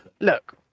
Look